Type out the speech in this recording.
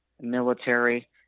military